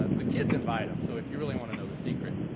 ah the kids invite them. so if you really want to know the secret,